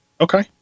Okay